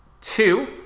Two